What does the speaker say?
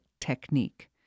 technique